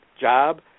job